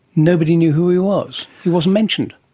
nobody knew who he was, he wasn't mentioned?